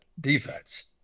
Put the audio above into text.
defense